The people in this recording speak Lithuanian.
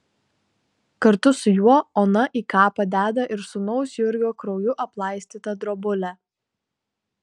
kartu su juo ona į kapą deda ir sūnaus jurgio krauju aplaistytą drobulę